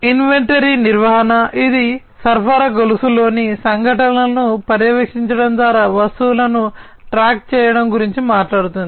inventory నిర్వహణ ఇది సరఫరా గొలుసులోని సంఘటనలను పర్యవేక్షించడం ద్వారా వస్తువులను ట్రాక్ చేయడం గురించి మాట్లాడుతుంది